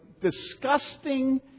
disgusting